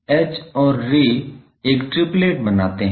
तो E H और ray एक ट्रिप्लेट बनाते हैं